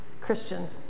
Christian